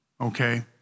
okay